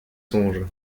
songes